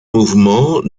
mouvement